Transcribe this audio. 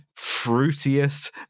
fruitiest